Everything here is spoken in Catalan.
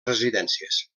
residències